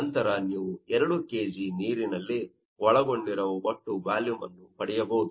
ನಂತರ ನೀವು 2 kg ನೀರಿನಲ್ಲಿ ಒಳಗೊಂಡಿರುವ ಒಟ್ಟು ವ್ಯಾಲುಮ್ ಅನ್ನು ಪಡೆಯಬಹುದು